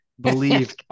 believe